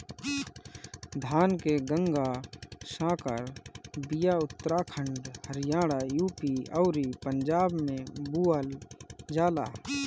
धान के गंगा संकर बिया उत्तराखंड हरियाणा, यू.पी अउरी पंजाब में बोअल जाला